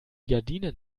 gardinen